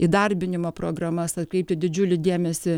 įdarbinimo programas atkreipti didžiulį dėmesį